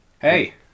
Hey